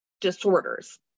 disorders